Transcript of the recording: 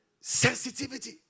Sensitivity